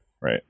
Right